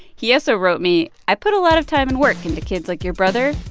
he also wrote me, i put a lot of time and work into kids like your brother,